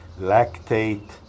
lactate